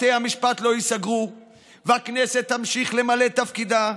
בתי המשפט לא ייסגרו והכנסת תמשיך למלא את תפקידה,